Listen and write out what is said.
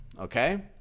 Okay